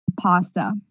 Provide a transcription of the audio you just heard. Pasta